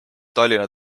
tallinna